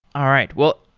all right. well,